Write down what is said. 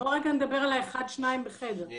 נדבר על אחד או שניים בחדר.